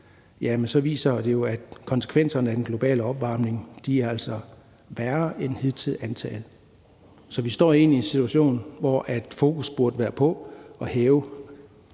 viser den jo, at konsekvenserne af den globale opvarmning altså er værre end hidtil antaget, så vi står egentlig i en situation, hvor fokus burde være på at hæve